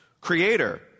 creator